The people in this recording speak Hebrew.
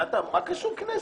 מה קשור כנסת?